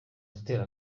gutera